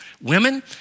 Women